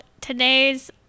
today's